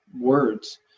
words